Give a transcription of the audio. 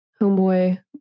Homeboy